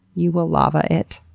you will lava it.